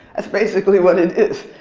that's basically what it is.